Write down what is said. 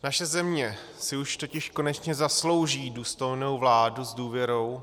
Naše země si už totiž konečně zaslouží důstojnou vládu s důvěrou.